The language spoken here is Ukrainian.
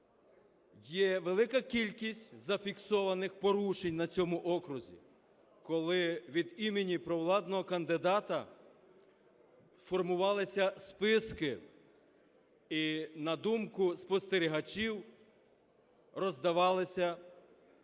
Є велика кількість зафіксованих порушень на цьому окрузі, коли від імені провладного кандидата формувалися списки і, на думку спостерігачів, роздавалися